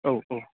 औ औ